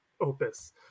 Opus